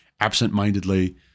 absentmindedly